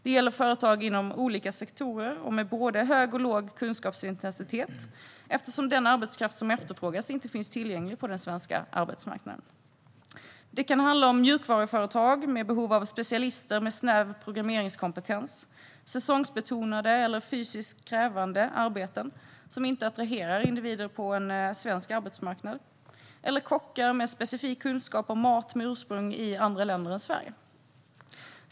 Det gäller företag inom olika sektorer och med både hög och låg kunskapsintensitet eftersom den arbetskraft som efterfrågas inte finns tillgänglig på den svenska arbetsmarknaden. Det kan handla om mjukvaruföretag med behov av specialister med snäv programmeringskompetens, säsongsbetonade eller fysiskt krävande arbeten som inte attraherar individer på en svensk arbetsmarknad, eller kockar med specifik kunskap om mat med ursprung i andra länder än Sverige.